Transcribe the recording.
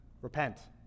Repent